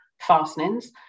fastenings